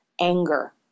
anger